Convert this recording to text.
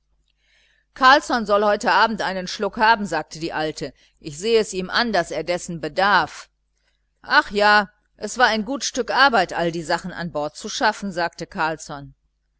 carlsson soll heute abend einen schluck haben sagte die alte ich seh es ihm an daß er dessen bedarf ach ja es war ein gut stück arbeit alle die sachen an bord zu schaffen sagte carlsson